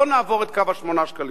לא נעבור את קו 8 השקלים.